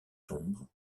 sombre